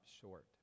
short